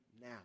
now